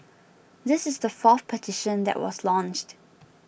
this is the fourth petition that was launched